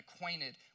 acquainted